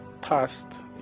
past